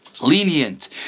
lenient